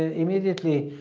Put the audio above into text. ah immediately,